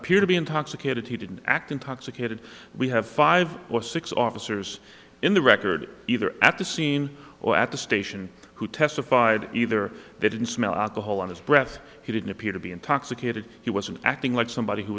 appear to be intoxicated he didn't act intoxicated we have five or six officers in the record either at the scene or at the station who testified either they didn't smell alcohol on his breath he didn't appear to be intoxicated he wasn't acting like somebody who